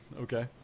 Okay